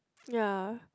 ya